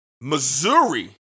Missouri